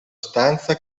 stanza